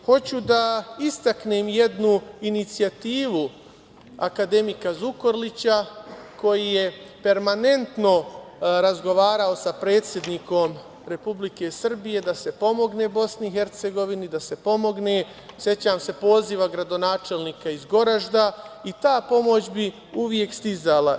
Hoću da istaknem jednu inicijativu akademika Zukorlića koji je permanentno razgovarao sa predsednikom Republike Srbije da se pomogne Bosni i Hercegovini, sećam se poziva gradonačelnika iz Goražda, i ta pomoć bi uvek stizala.